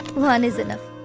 one is enough.